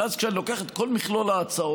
אבל אז, כשאני לוקח את כל מכלול ההצעות,